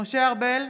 משה ארבל,